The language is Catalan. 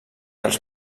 els